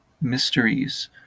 mysteries